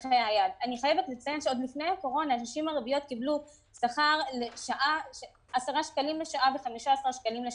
עוד לפני הקורונה נשים ערביות קיבלו 10,15 שקלים לשעת עבודה.